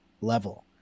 level